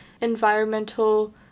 environmental